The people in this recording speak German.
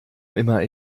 immer